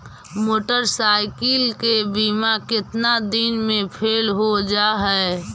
Motorcycle के बिमा केतना दिन मे फेल हो जा है?